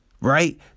right